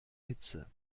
hitze